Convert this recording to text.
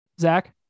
Zach